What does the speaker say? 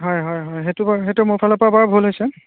হয় হয় হয় সেইটো বাৰু সেইটো মোৰ ফালৰ পৰা বাৰু ভুল হৈছে